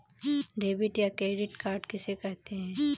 Debit या credit card किसे कहते हैं?